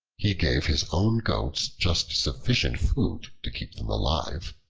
he gave his own goats just sufficient food to keep them alive,